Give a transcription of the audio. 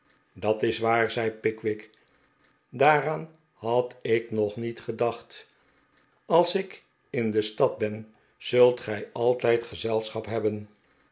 dat is waar zei pickwick daaraan had ik nog niet gedacht als ik in de stad ben zult gij altijd gezelschap hebben